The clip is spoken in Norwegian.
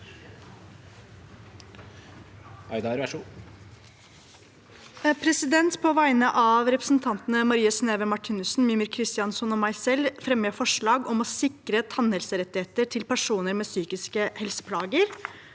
På vegne av represen- tantene Marie Sneve Martinussen, Mímir Kristjánsson og meg selv vil jeg fremme et forslag om å sikre tannhelserettigheter til personer med psykiske helseplager.